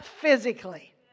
physically